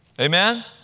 Amen